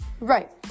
Right